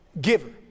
giver